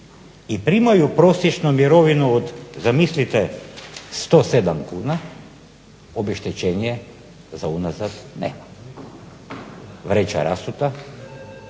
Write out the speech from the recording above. i primaju prosječno mirovinu od, zamislite 107 kuna, obeštećenje za unazad nema. Vreća rasuta